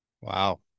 Wow